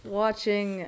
watching